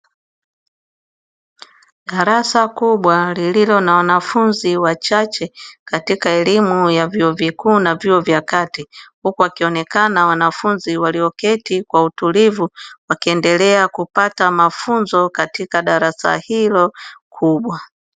Darasa kubwa lililo na wanafunzi wachache katika elimu ya vyuo vikuu na vyuo vya kati, huku wakionekana wanafunzi walioketi kwa utulivu wakiendelea kupata mafunzo katika darasa hilo kubwa.